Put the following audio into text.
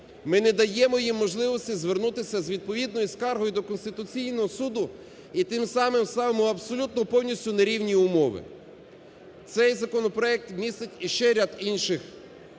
Ми не даємо їм можливості звернутися з відповідною скаргою до Конституційного Суду і тим самим ставимо в абсолютно повністю в нерівні умови. Цей законопроект містить і ще ряд інших